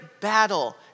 battle